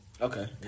okay